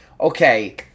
okay